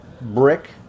brick